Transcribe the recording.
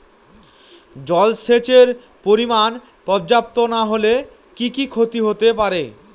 জলসেচের পরিমাণ পর্যাপ্ত না হলে কি কি ক্ষতি হতে পারে?